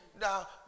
Now